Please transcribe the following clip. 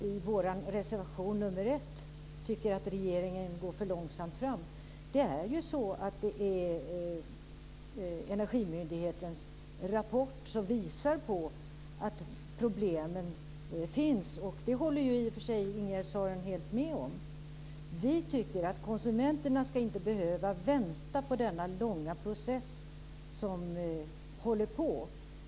Herr talman! Jag har en liten kommentar till Ingegerd Saarinen om hennes förvåning över att vi i vår reservation 1 tycker att regeringen går för långsamt fram. Det är Energimyndighetens rapport som visar att problemen finns. Det håller i och för sig Ingegerd Saarinen helt med om. Vi tycker att konsumenterna inte ska behöva vänta på denna långa process som håller på.